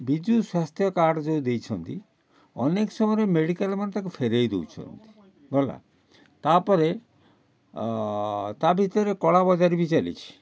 ବିଜୁସ୍ୱାସ୍ଥ୍ୟ card ଯେଉଁ ଦେଇଛନ୍ତି ଅନେକ ସମୟରେ ମେଡିକାଲମାନେ ତା'କୁ ଫେରେଇ ଦେଉଛନ୍ତି ଗଲା ତା'ପରେ ତା ଭିତରେ କଳା ବଜାରୀ ବି ଚାଲିଛି